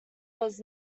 was